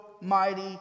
mighty